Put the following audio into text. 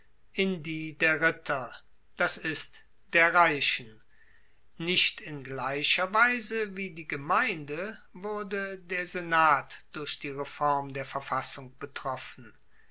in die der ritter das ist der reichen nicht in gleicher weise wie die gemeinde wurde der senat durch die reform der verfassung betroffen